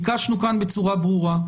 ביקשנו כאן בצורה ברורה,